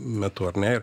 metu ar ne ir